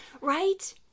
Right